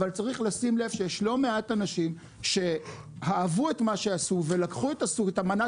אבל צריך לשים לב שיש לא מעט אנשים שאהבו את מה שעשו ולקחו את מנת